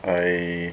I